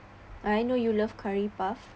I know you love curry puff